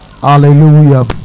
Hallelujah